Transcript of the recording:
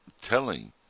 telling